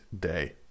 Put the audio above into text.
day